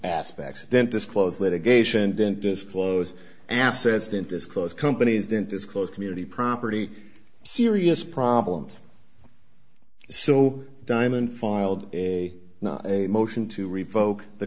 aspects didn't disclose litigation didn't disclose assets didn't disclose companies didn't disclose community property serious problems so diamond filed a motion to revoke the